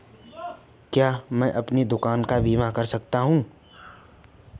क्या मैं अपनी दुकान का बीमा कर सकता हूँ?